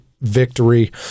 victory